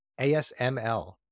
ASML